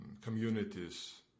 communities